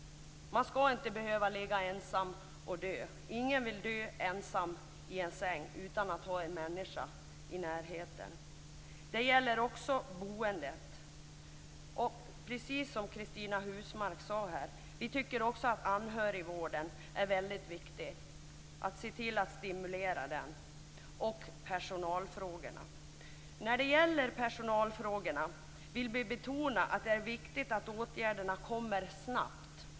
Man skall inte behöva ligga ensam och dö. Ingen vill dö ensam i en säng utan att ha en människa i närheten. Det gäller också boendet. Precis som Cristina Husmark tycker vi att det är mycket viktigt att se till att stimulera anhörigvården och personalfrågorna. När det gäller personalfrågorna vill vi betona att det är viktigt att åtgärderna kommer snabbt.